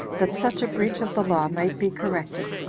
that such a breach of the law might be corrected,